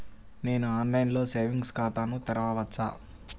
నేను ఆన్లైన్లో సేవింగ్స్ ఖాతాను తెరవవచ్చా?